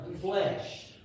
flesh